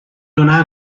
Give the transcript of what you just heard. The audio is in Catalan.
donà